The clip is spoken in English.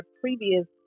previous